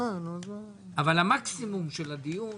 אבל המקסימום של הדיון